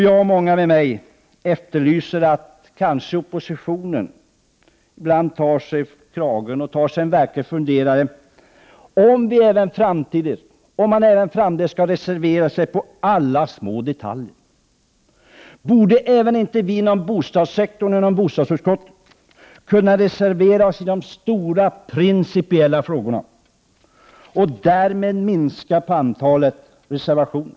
Jag och många med mig efterlyser att oppositionen kunde ta sig i kragen och fundera över om man även framdeles skall reservera sig när det gäller alla små detaljer. Borde inte även vi i bostadsutskottet kunna reservera oss endast i de stora principiella frågorna? Därmed minskar man på antalet reservationer.